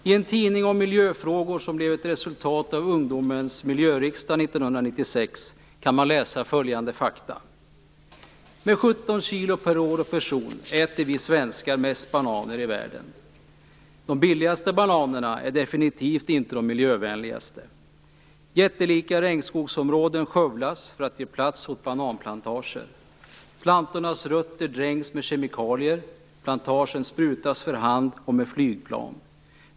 I en tidning om miljöfrågor som blev ett resultat av ungdomens miljöriksdag år 1996 kan man läsa följande fakta: Med 17 kilo per år och person äter vi svenskar mest bananer i världen. De billigaste bananerna är definitivt inte de miljövänligaste. Jättelika regnskogsområden skövlas för att ge plats åt bananplantager. Plantornas rötter dränks med kemikalier, och plantagen sprutas för hand och med flygplan.